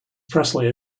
presley